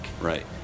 right